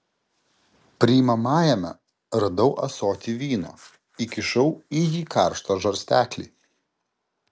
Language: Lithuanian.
priimamajame radau ąsotį vyno įkišau į jį karštą žarsteklį